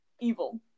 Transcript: evil